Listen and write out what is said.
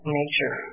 nature